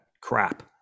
crap